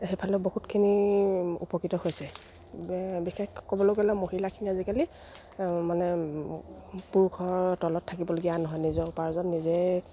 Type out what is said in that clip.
সেইফালে বহুতখিনি উপকৃত হৈছে বিশেষ ক'বলৈ গ'লে মহিলাখিনি আজিকালি মানে পুৰুষৰ তলত থাকিবলগীয়া নহয় নিজৰ উপাৰ্জন নিজে